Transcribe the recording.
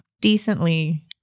decently